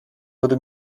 würde